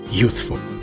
youthful